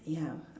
ya